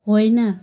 होइन